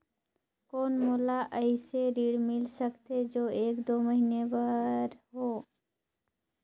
कौन मोला अइसे ऋण मिल सकथे जो एक दो महीना बर हो?